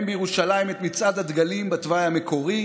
בירושלים את מצעד הדגלים בתוואי המקורי.